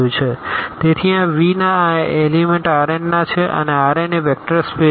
તેથી આ V ના આ એલીમેન્ટ Rn ના છે અને Rnએ વેક્ટર સ્પેસ છે